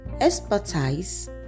Expertise